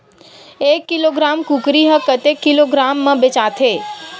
एक किलोग्राम कुकरी ह कतेक किलोग्राम म बेचाथे?